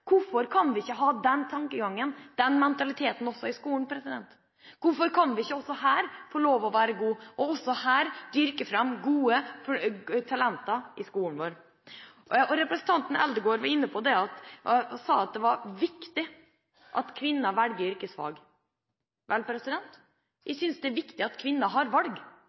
Hvorfor kan vi ikke ha den tankegangen, den mentaliteten, også i skolen? Hvorfor kan vi ikke også her få lov til å være gode, og dyrke fram gode talenter i skolen vår? Representanten Eldegard sa at det var viktig at kvinner velger yrkesfag. Vel, jeg synes det er viktig at kvinner har valg.